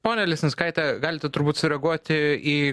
ponia lisinskaite galite turbūt sureaguoti į